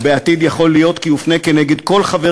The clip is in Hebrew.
ובעתיד יכול להיות שיופנה נגד כל חבר